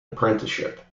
apprenticeship